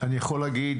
אני יכול להגיד